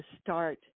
start